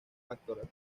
actoral